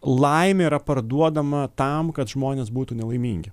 laimė yra parduodama tam kad žmonės būtų nelaimingi